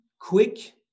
quick